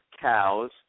cows